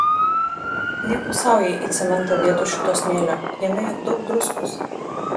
nieko sau jei į cementą dėtų šito smėlio jame juk daug druskos